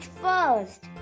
first